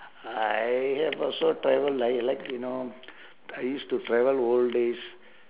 I have also travel like like you know I used to travel old days